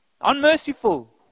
Unmerciful